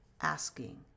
asking